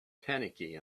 panicky